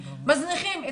מזניחים,